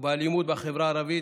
ובאלימות בחברה הערבית.